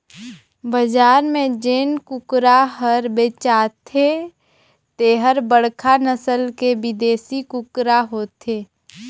बजार में जेन कुकरा हर बेचाथे तेहर बड़खा नसल के बिदेसी कुकरा होथे